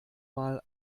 mal